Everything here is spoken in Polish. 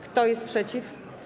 Kto jest przeciw?